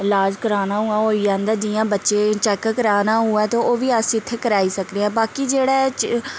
इलाज़ कराना होऐ होई जंदा जियां बच्चे चैक कराना होऐ ते ओह् बी अस इत्थें कराई सकने आं बाकी जेह्ड़े